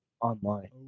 online